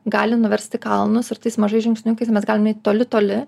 gali nuversti kalnus ir tais mažais žingsniukais mes galim eit toli toli